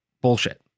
Bullshit